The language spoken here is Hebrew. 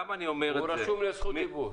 הוא רשום לזכות הדיבור.